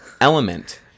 element